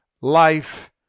life